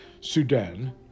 Sudan